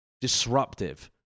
disruptive